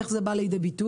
איך זה בא לידי ביטוי?